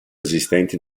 esistenti